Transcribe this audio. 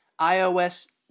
iOS